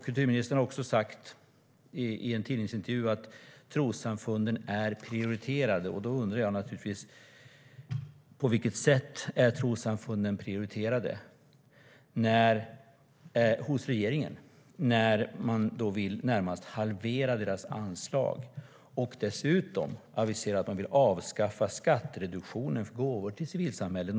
Kulturministern har sagt i en tidningsintervju att trossamfunden är prioriterade. Då undrar jag naturligtvis på vilket sätt trossamfunden är prioriterade hos regeringen när man vill närmast halvera deras anslag. Dessutom aviserar man att man vill avskaffa skattereduktionen för gåvor till civilsamhället.